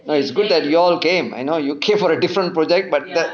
no it's good that you all came I know you came for a different project but that